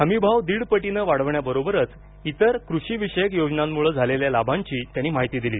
हमीभाव दीडपटीनं वाढवण्याबरोबरच इतर कृषीविषयक योजनांमुळं झालेल्या लाभांची माहिती दिली